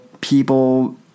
people